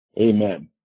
Amen